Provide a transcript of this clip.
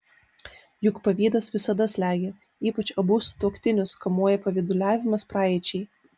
juk pavydas visada slegia ypač abu sutuoktinius kamuoja pavyduliavimas praeičiai